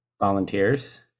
volunteers